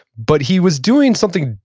but he was doing something,